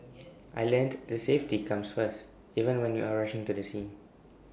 I learnt that safety comes first even when you are rushing to the scene